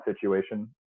situation